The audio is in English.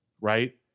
right